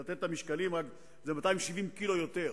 זה 270 ק"ג יותר.